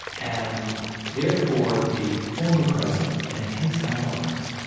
and therefore, the former president, and his allies,